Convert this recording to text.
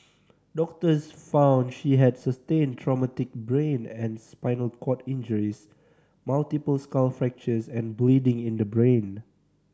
doctors found she had sustained traumatic brain and spinal cord injuries multiple skull fractures and bleeding in the brain